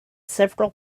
several